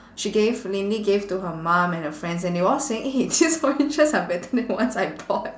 she gave lin lee gave to her mum and her friends and they were all saying eh these oranges are better than the ones I bought